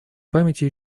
памяти